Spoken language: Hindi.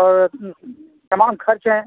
और तमाम खर्च हैं